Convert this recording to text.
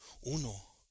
Uno